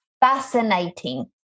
fascinating